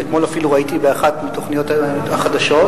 ואתמול אפילו ראיתי באחת מתוכניות החדשות,